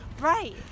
Right